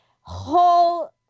whole